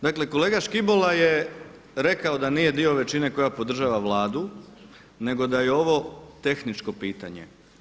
Dakle, kolega Škibola je rekao da nije dio većine koja podržava Vladu nego da je ovo tehničko pitanje.